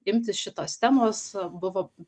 imtis šitos temos buvo